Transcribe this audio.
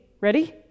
ready